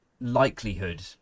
likelihood